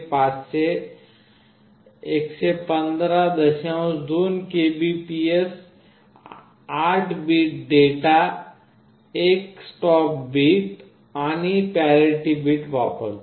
2 kbps 8 bit data 1 stop bit आणि parity वापरतो